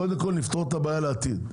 קודם כל נפתור את הבעיה לעתיד,